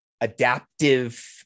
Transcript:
adaptive